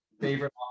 favorite